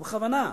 ובכוונה.